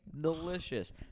Delicious